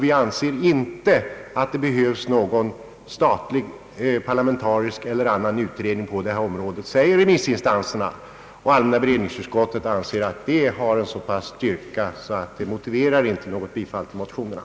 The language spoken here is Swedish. Vi anser inte att det behövs någon statlig, parlamentarisk eller annan utredning på detta område, säger remissinstanserna. Allmänna beredningsutskottet anser att dessa uttalanden har en sådan styrka, att ett bifall till motionerna inte är motiverat.